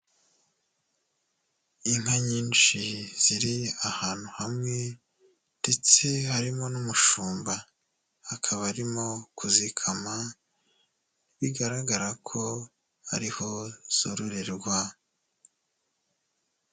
Inka nyinshi ziri ahantu hamwe, ndetse harimo n'umushumba, akaba arimo kuzikama, bigaragara ko ariho zororerwa.